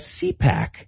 CPAC